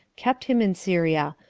kept him in syria,